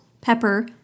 pepper